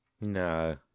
no